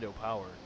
Power